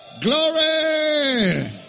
Glory